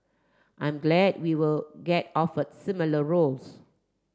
I'm glad we will get offer similar roles